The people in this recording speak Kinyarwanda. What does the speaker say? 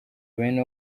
bene